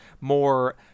more